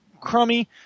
crummy